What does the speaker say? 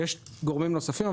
יש גורמים נוספים,